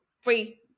Free